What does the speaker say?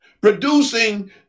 producing